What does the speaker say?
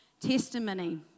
testimony